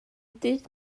dydd